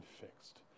fixed